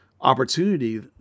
opportunity